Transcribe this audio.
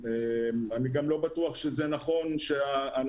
אני גם לא בטוח שזה נכון שאנחנו,